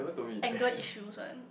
anger issues one